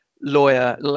lawyer